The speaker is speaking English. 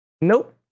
Nope